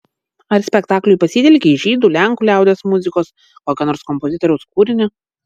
ar spektakliui pasitelkei žydų lenkų liaudies muzikos kokio nors kompozitoriaus kūrinį